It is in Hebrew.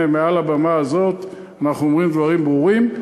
הנה, מעל הבמה הזאת אנחנו אומרים דברים ברורים.